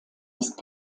ist